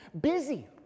busy